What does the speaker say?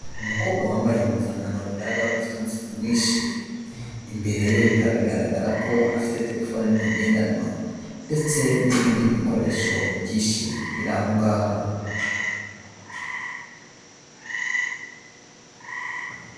Umukobwa wambaye impuzankano bigaragara ko afite umusatsi mwinshi, imbere ye bikaba bigaragara ko afite telefone nini ngendanwa ndetse n'ibindi bikoresho byinshi biri aho ngaho.